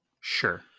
sure